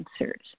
answers